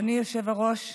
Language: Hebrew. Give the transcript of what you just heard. אדוני היושב-ראש,